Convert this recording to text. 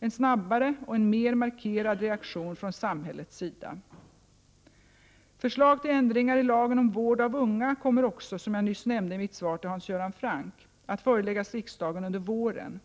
en snabbare och mer markerad reaktion från samhällets sida. Förslag till ändringar i lagen om vård av unga kommer också, som jag nyss nämnde i mitt svar till Hans Göran Franck, att föreläggas riksdagen under våren.